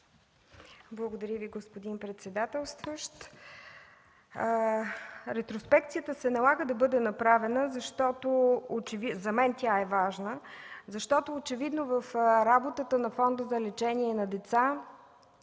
Благодаря Ви, господин председателстващ. Ретроспекцията се налага да бъде направена, защото за мен тя е важна. Очевидно в работата на Фонда за лечение на деца